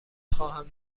خواهم